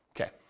Okay